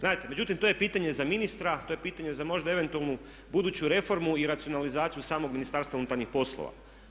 Gledajte, međutim to je pitanje za ministra, to je pitanje za možda eventualnu buduću reformu i racionalizaciju samog Ministarstva unutarnjih poslova.